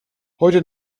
heute